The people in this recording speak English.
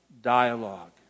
dialogue